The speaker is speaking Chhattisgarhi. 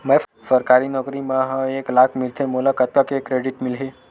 मैं सरकारी नौकरी मा हाव एक लाख मिलथे मोला कतका के क्रेडिट मिलही?